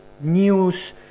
news